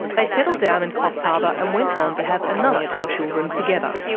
they settled down in coffs harbour and went on to have another two children together.